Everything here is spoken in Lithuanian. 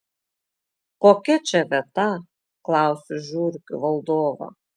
kokia čia vieta klausiu žiurkių valdovą